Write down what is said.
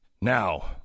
now